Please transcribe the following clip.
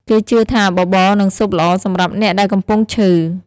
គេជឿថា បបរ និងស៊ុបល្អសម្រាប់អ្នកដែលកំពុងឈឺ។